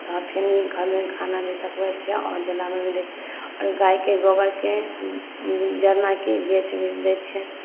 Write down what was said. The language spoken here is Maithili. तऽ फिने घरमे खाना भी पकबै छियै आओर जलाबन भी आओर गायके गोबरके जरनाके बेच भी दै छियै